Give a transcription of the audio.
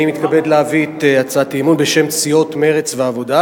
אני מתכבד להביא את הצעת האי-אמון בשם סיעות מרצ והעבודה,